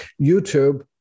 YouTube